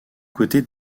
côtés